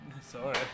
sorry